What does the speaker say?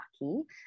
lucky